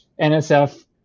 NSF